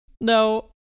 No